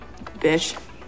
Bitch